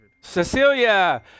Cecilia